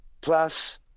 Plus